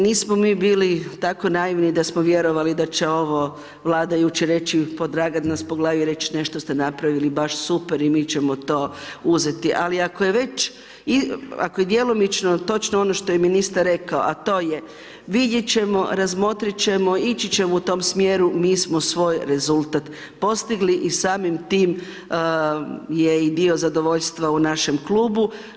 Nismo mi bili tako naivni da smo vjerovali da će ovo vladajući reći podragat nas po glavi i reći nešto ste napravili baš super i mi ćemo to uzeti, ali ako je već, ako je djelomično točno ono što je ministar rekao, a to je vidjet ćemo, razmotrit ćemo, ići ćemo u tom smjeru mi smo svoj rezultat postigli i samim tim je i dio zadovoljstva u našem klubu.